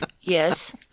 Yes